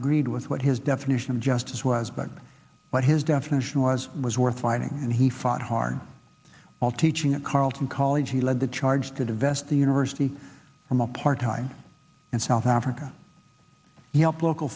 agreed with what his definition of justice was but what his definition was was worth fighting and he fought hard all teaching at carleton college he led the charge to divest the university from apartheid in south africa he helped local